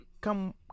come